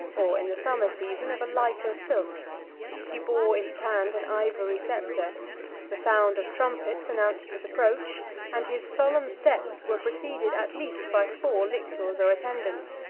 or in the summer season of a lighter silk he bore in his hand an ivory sceptre the sound of trumpets announced his approach and his solemn steps were preceded at least by four lictors or attendants,